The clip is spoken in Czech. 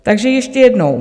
Takže ještě jednou.